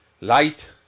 Light